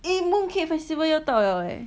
eh mooncake festival 要到了 leh